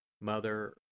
Mother